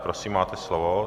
Prosím, máte slovo.